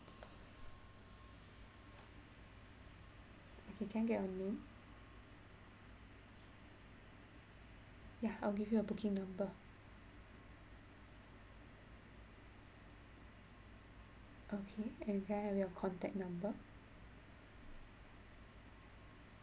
okay can I get your name ya I'll give you a booking number okay and can I have your contact number